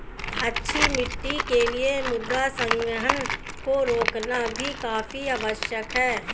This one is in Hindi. अच्छी मिट्टी के लिए मृदा संघनन को रोकना भी काफी आवश्यक है